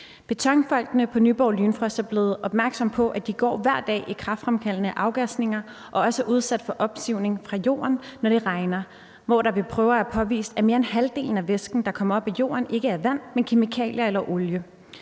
Betonfolkene på Nyborg Lynfrost er blevet opmærksomme på, at de går hver dag i kræftfremkaldende afgasninger og også er udsat for opsivning fra jorden, når det regner, hvor der ved prøver er påvist, at mere end halvdelen af væsken, der kommer op af jorden, ikke er vand, men kemikalier eller olie.